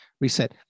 reset